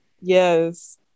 Yes